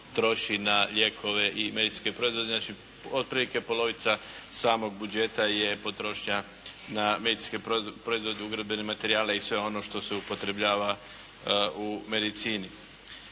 na lijekove i medicinske proizvode. Znači otprilike polovica samog budžeta je potrošnja na medicinske proizvode, ugradbene materijale i sve ono što se upotrebljava u medicini.